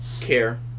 care